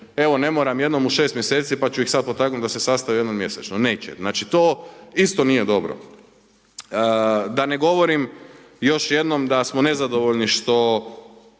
evo ne moram jednom u 6 mjeseci pa ću ih sad potaknut da se sastaju jednom mjesečno. Neće. Znači to isto nije dobro. Da ne govorim još jednom da smo nezadovoljni što